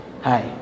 Hi